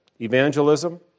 evangelism